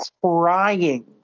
crying